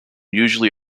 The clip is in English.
usually